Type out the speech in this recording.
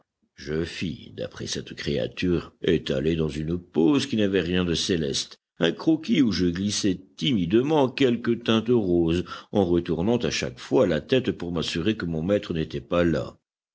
je fis d'après cette créature étalée dans une pose qui n'avait rien de céleste un croquis où je glissai timidement quelques teintes roses en retournant à chaque fois la tête pour m'assurer que mon maître n'était pas là